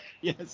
Yes